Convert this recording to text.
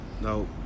no